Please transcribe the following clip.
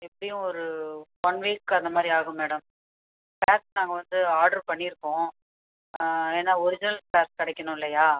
எப்படியும் ஒரு one week அந்த மாதிரி ஆகும் மேடம் ஸ்பேர்ஸ் நாங்கள் வந்து ஆர்டர் பண்ணியிருக்கோம் ஏனால் ஒரிஜினல் ஸ்பேர்ஸ் கிடைக்கணும் இல்லையா